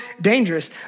dangerous